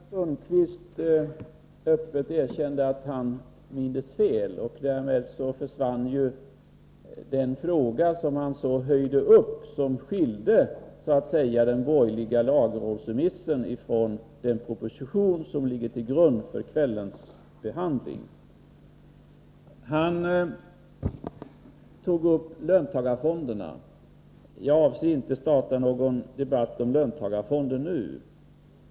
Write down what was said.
Herr talman! Det var bra att herr Sundkvist öppet erkände att han mindes fel. Därmed försvann den fråga som han höjde upp så, som skilde den borgerliga lagrådsremissen från den proposition som behandlas i kväll. Tage Sundkvist tog upp löntagarfonderna. Men jag avser inte att starta någon debatt om dem nu.